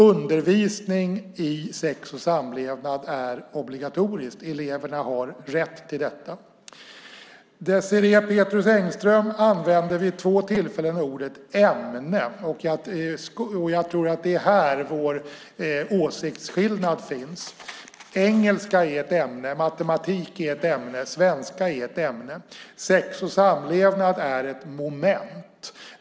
Undervisningen i sex och samlevnad är obligatorisk. Eleverna har rätt till detta. Désirée Pethrus Engström använde vid två tillfällen ordet "ämne", och jag tror att det är här vår åsiktsskillnad finns. Engelska är ett ämne. Matematik är ett ämne. Svenska är ett ämne. Sex och samlevnad är ett moment.